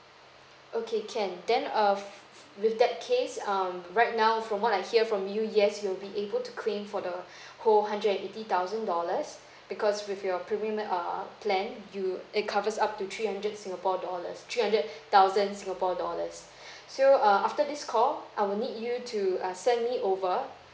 okay can then err f~ f~ f~ with that case um right now from what I hear from you yes you'll be able to claim for the whole hundred and eighty thousand dollars because with your premium err plan you it covers up to three hundred singapore dollars three hundred thousand singapore dollars so err after this call I will need you to uh send me over